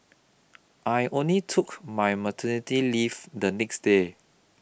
I only took my maternity leave the next day